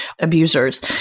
abusers